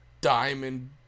diamond